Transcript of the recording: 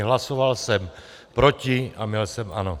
Hlasoval jsem proti, a měl jsem ano.